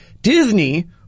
Disney